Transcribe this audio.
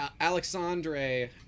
alexandre